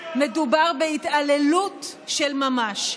מדובר בהתעללות של ממש.